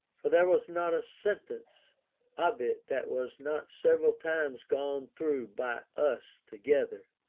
for there was not a sentence of it that was not several times gone through by us together,